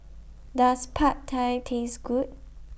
Does Pad Thai Taste Good